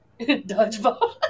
Dodgeball